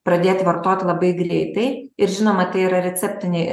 pradėt vartoti labai greitai ir žinoma tai yra receptiniai